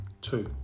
two